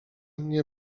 mnie